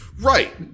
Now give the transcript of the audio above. Right